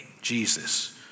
Jesus